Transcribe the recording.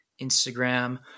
Instagram